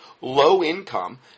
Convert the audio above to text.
Low-income